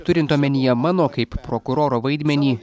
turint omenyje mano kaip prokuroro vaidmenį